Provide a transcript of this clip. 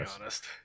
honest